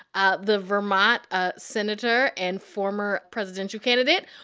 ah the vermont ah senator and former presidential candidate,